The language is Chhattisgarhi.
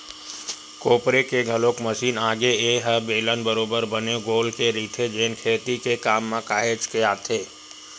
कोपरे के घलोक मसीन आगे ए ह बेलन बरोबर बने गोल के रहिथे जेन खेती के काम म काहेच के आथे